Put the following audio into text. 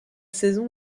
saison